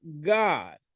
God